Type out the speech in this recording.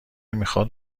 میخواد